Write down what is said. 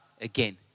again